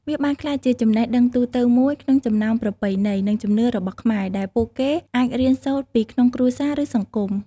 វាបានក្លាយជាចំណេះដឹងទូទៅមួយក្នុងចំណោមប្រពៃណី និងជំនឿរបស់ខ្មែរ ដែលពួកគេអាចរៀនសូត្រពីក្នុងគ្រួសារ ឬសង្គម។